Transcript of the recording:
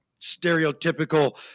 stereotypical